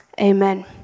Amen